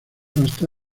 hasta